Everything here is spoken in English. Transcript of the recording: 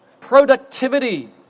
Productivity